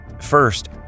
First